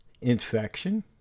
infection